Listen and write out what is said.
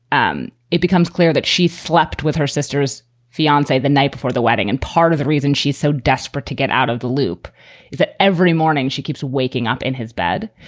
um it becomes clear that she slept with her sister's fiancee the night before the wedding. and part of the reason she's so desperate to get out of the loop is that every morning she keeps waking up in his bed.